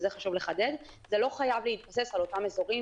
זה לא חייב להתבסס על אותם אזורים